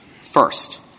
First